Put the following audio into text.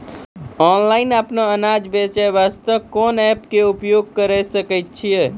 Online अपनो अनाज बेचे वास्ते कोंन एप्प के उपयोग करें सकय छियै?